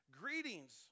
Greetings